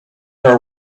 are